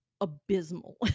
abysmal